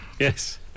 Yes